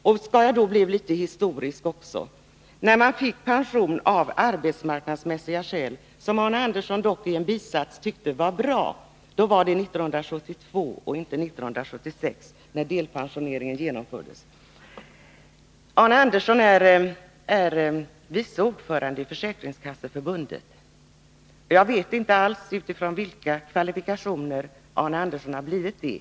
Om jag skall bli litet historisk också vill jag säga: När man fick pension av arbetsmarknadsmässiga skäl — som Arne Andersson i en bisats tyckte var bra — var det 1972 och inte 1976, då delpensioneringen genomfördes. Arne Andersson är vice ordförande i Försäkringskasseförbundet. Jag vet inte alls utifrån vilka kvalifikationer han har blivit det.